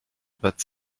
that